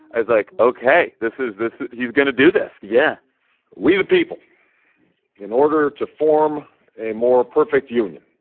i was like, ok. this is this he's going to do this yeah we the people in order to form a more perfect union